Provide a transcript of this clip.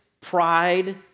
pride